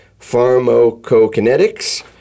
pharmacokinetics